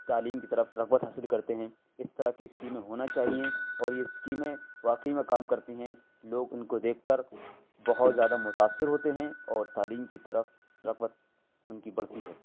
تعلیم کی طرف رغبت حاصل کرتے ہیں اس طرح کی اسکیمیں ہونا چاہیے اور یہ اسکیمیں واقعی میں کام کرتی ہیں لوگ ان کو دیکھ کر بہت زیادہ متاثر ہوتے ہیں اور تعلیم کی طرف رغبت ان کی بڑھتی ہے